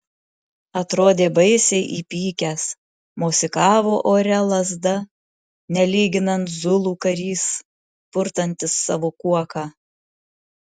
atrodė baisiai įpykęs mosikavo ore lazda nelyginant zulų karys purtantis savo kuoką